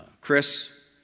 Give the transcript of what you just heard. Chris